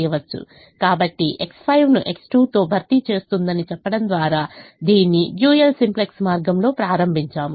కాబట్టిX5 ని X2 భర్తీ చేస్తుందని చెప్పడం ద్వారా దీన్ని డ్యూయల్ సింప్లెక్స్ మార్గంలో ప్రారంభించాము